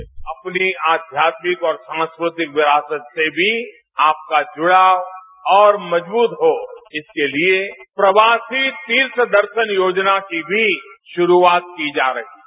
bite अपनी आध्यात्मिक और सांस्कृतिक विरासत से भी आपका जुड़ाव और मजबूत हो इसके लिए प्रवासी तीर्थदर्शन योजना की भी शुरूआत की जा रही है